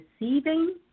receiving